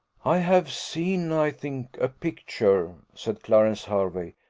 i have seen, i think, a picture, said clarence hervey,